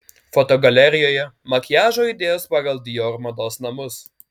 fotogalerijoje makiažo idėjos pagal dior mados namus